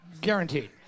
Guaranteed